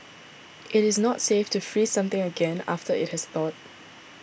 it is not safe to freeze something again after it has thawed